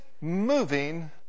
moving